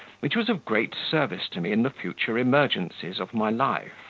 which was of great service to me in the future emergencies of my life.